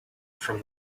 from